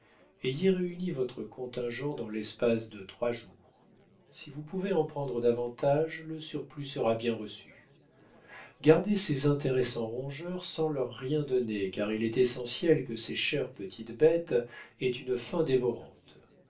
ayez réuni votre contingent dans l'espace de trois jours si vous pouvez en prendre davantage le surplus sera bien reçu gardez ces intéressants rongeurs sans leur rien donner car il est essentiel que ces chères petites bêtes aient une faim dévorante